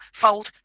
fold